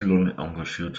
engagiert